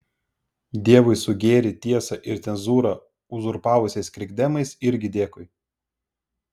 dievui su gėrį tiesą ir cenzūrą uzurpavusiais krikdemais irgi dėkui